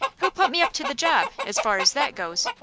who put me up to the job, as far as that goes?